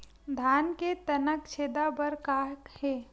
धान के तनक छेदा बर का हे?